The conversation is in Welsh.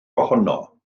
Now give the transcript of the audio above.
ohono